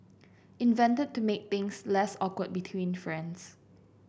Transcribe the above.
invented to make things less awkward between friends